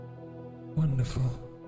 Wonderful